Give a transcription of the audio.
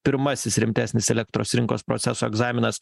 pirmasis rimtesnis elektros rinkos procesų egzaminas